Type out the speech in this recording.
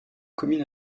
commune